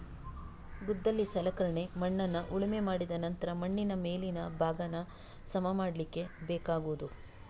ಗುದ್ದಲಿ ಸಲಕರಣೆ ಮಣ್ಣನ್ನ ಉಳುಮೆ ಮಾಡಿದ ನಂತ್ರ ಮಣ್ಣಿನ ಮೇಲಿನ ಭಾಗಾನ ಸಮ ಮಾಡ್ಲಿಕ್ಕೆ ಬೇಕಾಗುದು